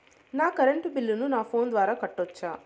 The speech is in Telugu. నా కరెంటు బిల్లును నా ఫోను ద్వారా కట్టొచ్చా?